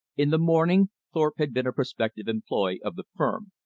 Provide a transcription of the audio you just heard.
in the morning thorpe had been a prospective employee of the firm,